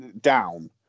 down